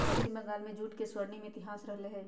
पश्चिम बंगाल में जूट के स्वर्णिम इतिहास रहले है